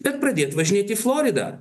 bet pradėt važinėt į floridą